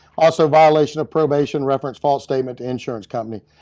also, violation of probation reference false statement, to insurance company.